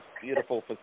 beautiful